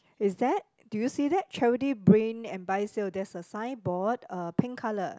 is that do you see that charity brain and buy sale there's a sign board uh pink colour